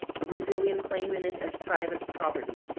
a brazilian claiming it as private property.